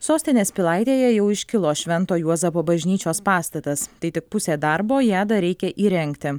sostinės pilaitėje jau iškilo švento juozapo bažnyčios pastatas tai tik pusė darbo ją dar reikia įrengti